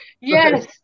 Yes